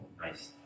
nice